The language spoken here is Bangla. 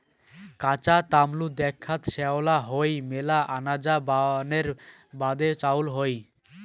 কাঁচা তলমু দ্যাখ্যাত শ্যামলা হই মেলা আনজা বানের বাদে চইল হই